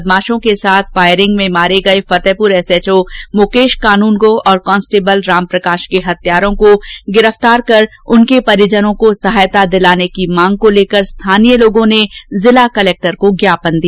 सीकर में दो दिन पूर्व बदमाशों के साथ फायरिंग में मारे गए फतेहपुर एसएचओ मुकेश कानूनगो और कांस्टेबल रामप्रकाश के हत्यारों को गिरफ़तार कर उनके परिजनों को सहायता दिलाने की मांग को लेकर स्थानीय लोगों ने कलेक्टर को ज्ञापन दिया